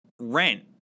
rent